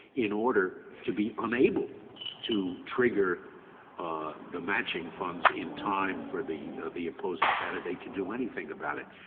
in order to be unable to trigger the matching funds in time for the the opposing candidate to do anything about it.